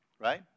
right